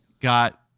got